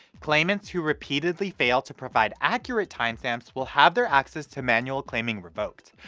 claimants who repeatedly fail to provide accurate timestamps will have their access to manual claiming revoked.